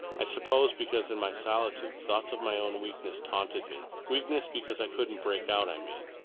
i suppose, because in my solitude, thoughts of my own weakness taunted me, weakness because i couldn't break out, i mean.